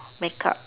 make up